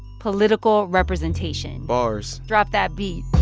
political representation bars drop that beat